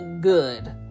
good